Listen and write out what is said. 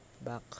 back